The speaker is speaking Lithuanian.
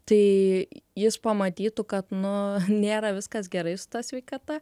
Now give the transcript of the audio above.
tai jis pamatytų kad nu nėra viskas gerai su ta sveikata